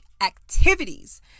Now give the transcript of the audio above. activities